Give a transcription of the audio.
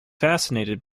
fascinated